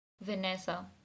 Vanessa